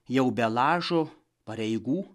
jau be lažo pareigų